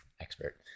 expert